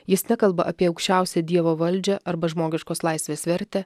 jis nekalba apie aukščiausią dievo valdžią arba žmogiškos laisvės vertę